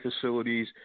facilities